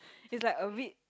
is like a bit